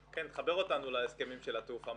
כן, תחבר אותנו להסכמים של התעופה.